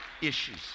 issues